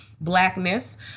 blackness